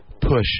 push